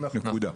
נקודה.